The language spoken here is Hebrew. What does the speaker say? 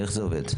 איך זה עובד?